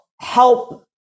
help